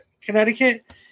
Connecticut